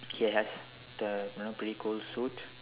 he has the you know pretty cool suit